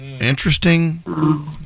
Interesting